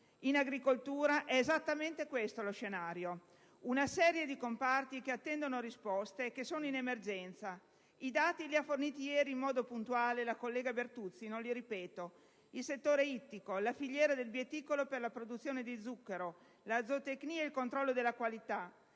in agricoltura è esattamente questo lo scenario. Una serie di comparti che attendono risposte e che sono in emergenza. I dati li ha forniti ieri, in modo puntuale, la collega Bertuzzi, e non li ripeterò. Il settore ittico, la filiera del bieticolo per la produzione di zucchero, la zootecnia e il controllo della qualità,